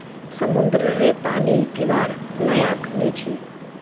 समंद्ररेर पानी पीवार लयाक नी छे